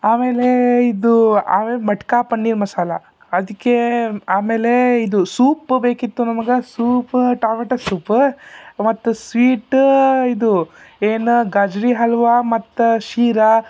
ಆಮೇಲೆ ಇದು ಆಮೇಲೆ ಮಟ್ಕಾ ಪನ್ನೀರ್ ಮಸಾಲ ಅದಕ್ಕೆ ಆಮೇಲೆ ಇದು ಸೂಪ್ ಬೇಕಿತ್ತು ನಮಗೆ ಸೂಪ್ ಟಮಟ ಸೂಪ ಮತ್ತು ಸ್ವೀಟ್ ಇದು ಏನು ಗಜ್ಜರಿ ಹಲ್ವಾ ಮತ್ತು ಶಿರಾ